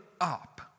up